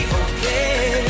okay